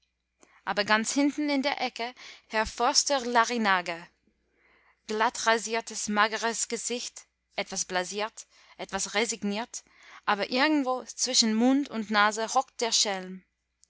aber ganz hinten in der ecke herr forster-larrinaga glattrasiertes mageres gesicht etwas blasiert etwas resigniert aber irgendwo zwischen mund und nase hockt der schelm